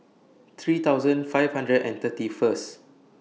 three thousand five hundred and thirty First